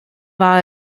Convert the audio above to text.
war